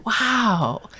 wow